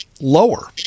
lower